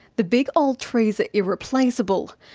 the big old trees are irreplaceable,